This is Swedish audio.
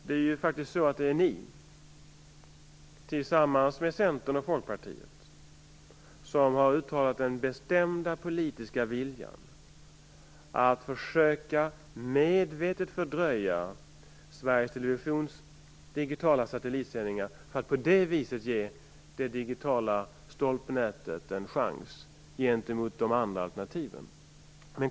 Det är ju faktiskt så att det är ni tillsammans med Centern och Folkpartiet som har uttalat den bestämda politiska viljan att medvetet försöka fördröja Sveriges Televisions digitala satellitsändningar för att på det viset ge det digitala stolpnätet en chans gentemot de andra alternativen.